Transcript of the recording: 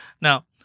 Now